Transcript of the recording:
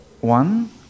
One